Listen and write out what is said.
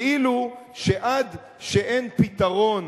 כאילו שעד שאין פתרון